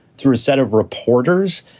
through a set of reporters.